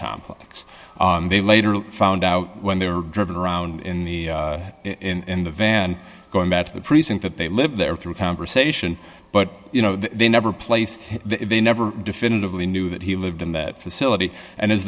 complex they later found out when they were driving around in the in the van going back to the precinct that they lived there through conversation but you know they never placed they never definitively knew that he lived in that facility and as